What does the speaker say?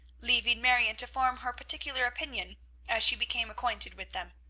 leaving marion to form her particular opinion as she became acquainted with them.